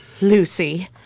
Lucy